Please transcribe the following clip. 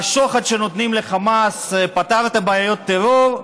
והשוחד שנותנים לחמאס פתר את בעיות הטרור,